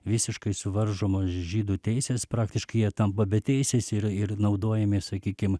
visiškai suvaržomos žydų teisės praktiškai jie tampa beteisiais ir ir naudojami sakykim